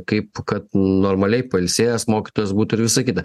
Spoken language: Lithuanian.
kaip kad normaliai pailsėjęs mokytojas būtų ir visa kita